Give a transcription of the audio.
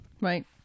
Right